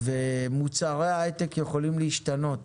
ומוצרי ההיי-טק יכולים להשתנות,